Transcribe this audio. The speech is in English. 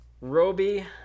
Roby